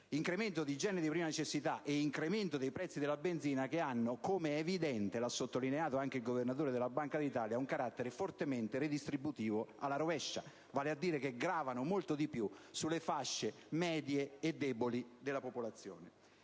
prezzi dei generi di prima necessità e della benzina ha, come è evidente - lo ha sottolineato anche il Governatore della Banca d'Italia - un carattere fortemente redistributivo alla rovescia, vale a dire che grava molto di più sulle fasce medie e deboli della popolazione.